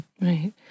right